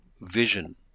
vision